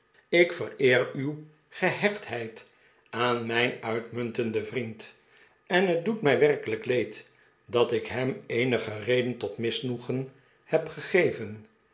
ik vereer uw gehechtheid aan mijn uitmuntenden vriend en het doet mij werkelijk leed dat ik hem eenige reden tot misnoegen heb gegeven